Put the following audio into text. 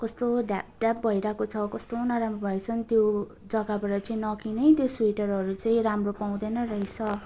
कस्तो ड्याप ड्याप भइरहेको छ कस्तो नराम्रो भएछ नि त्यो जगाबाट चाहिँ नकिन् है त्यो स्वेटरहरू चाहिँ राम्रो पाउँदैन रहेछ